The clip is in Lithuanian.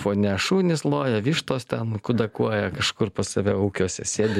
fone šunys loja vištos ten kudakuoja kažkur pas save ūkiuose sėdi